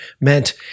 meant